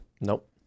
Nope